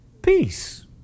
peace